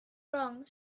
wrong